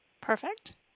Perfect